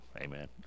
Amen